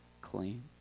clean